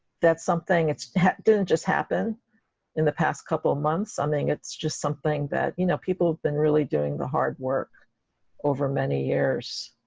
that's something, it's that didn't just happen in the past couple months, something it's just something that you know people have been really doing the hard work over many years.